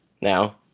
now